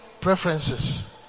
preferences